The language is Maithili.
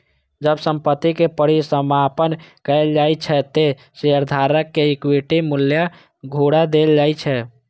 जब संपत्ति के परिसमापन कैल जाइ छै, ते शेयरधारक कें इक्विटी मूल्य घुरा देल जाइ छै